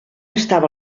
estava